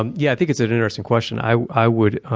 um yeah, i think it's an interesting question. i i would